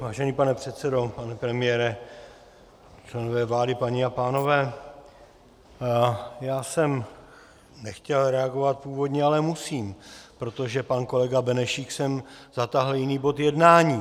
Vážený pane předsedo, pane premiére, členové vlády, paní a pánové, já jsem nechtěl reagovat původně, ale musím, protože pan kolega Benešík sem zatáhl jiný bod jednání.